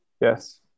Yes